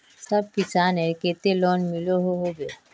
सब किसानेर केते लोन मिलोहो होबे?